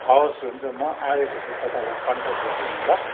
हवस् हुन्छ म आएपछि तपाईँलाई कन्ट्याक्ट गर्छु नि ल